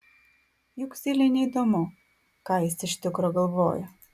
juk zylei neįdomu ką jis iš tikro galvoja